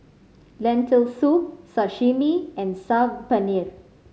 Lentil Soup Sashimi and Saag Paneer